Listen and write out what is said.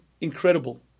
incredible